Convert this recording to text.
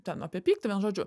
ten apie pyktį žodžiu